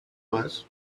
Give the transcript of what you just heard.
mass